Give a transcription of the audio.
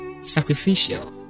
sacrificial